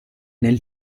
nel